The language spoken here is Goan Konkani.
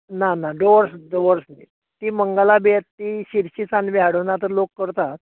ना ना डोअर्स डोअर्स न्ही ती मंगला बी येता ती शिर्सी सान बीन हाडून आतां लोक करतात